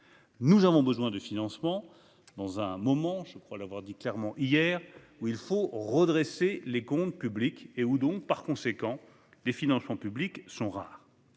Nous avons besoin de financements dans un moment- je crois l'avoir dit clairement hier -où il faut redresser les comptes publics et où, par conséquent, les financements publics sont rares.